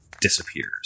disappears